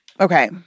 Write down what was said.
Okay